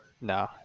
no